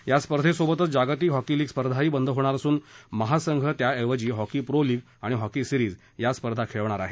या स्पर्धेसोबतच जागतिक हॉकी लीग स्पर्धाही बंद होणार असून महासंघ त्याऐवजी हॉकी प्रो लीग आणि हॉकी सिरीज या स्पर्धा खेळवणार आहे